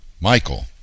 Michael